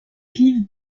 clive